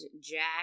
Jack